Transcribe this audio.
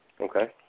Okay